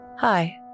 Hi